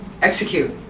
Execute